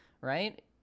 right